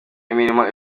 imirimo